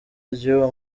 ry’uwo